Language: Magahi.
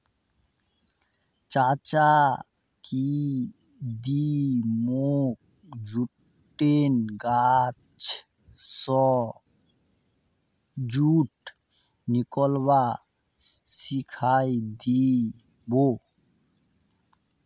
चाचा की ती मोक जुटेर गाछ स जुट निकलव्वा सिखइ दी बो